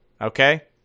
okay